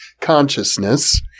consciousness